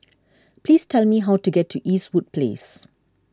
please tell me how to get to Eastwood Place